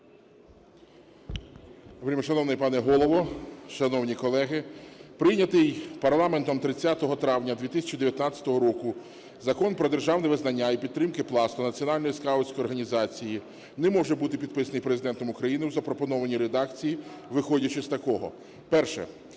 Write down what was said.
Вельмишановний пане Голово, шановні колеги! Прийнятий парламентом 30 травня 2019 року Закон "Про державне визнання і підтримку Пласту – Національної скаутської організації" не може бути підписаний Президентом України в запропонованій редакції, виходячи з такого. Перше.